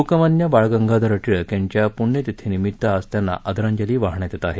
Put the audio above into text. लोकमान्य बाळ गंगाधर टिळक यांच्या पृण्यतिथी निमित्त आज त्यांना आदरांजली वाहण्यात येत आहे